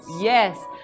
Yes